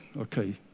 okay